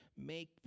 make